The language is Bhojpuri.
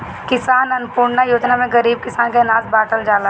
किसान अन्नपूर्णा योजना में गरीब किसान के अनाज बाटल जाता